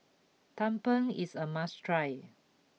Tumpeng is a must try